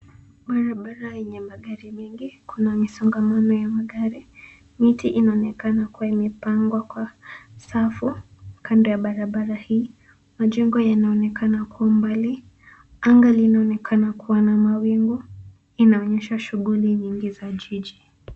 Barabara yenye magari mengi kuna msongomano ya magari. Miti inaonekana kuwa imepangwa kwa safu kando ya barabara hii. Majengo yanaonekana kwa umbali. Anga linaonekana kuwa na mawingu. Hii inaonyesha shughuli nyingi za jiji.